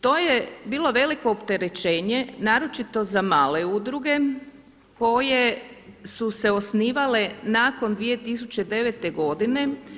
To je bilo veliko opterećenje naročito za male udruge koje su se osnivale nakon 2009. godine.